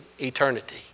eternity